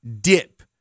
dip